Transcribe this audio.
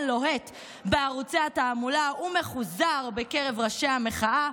לוהט בערוצי התעמולה ומחוזר בקרב ראשי המחאה,